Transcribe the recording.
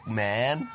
man